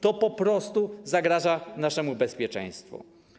To po prostu zagraża naszemu bezpieczeństwu.